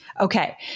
Okay